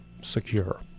secure